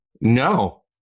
No